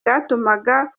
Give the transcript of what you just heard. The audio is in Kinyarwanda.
byatumaga